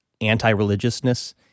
anti-religiousness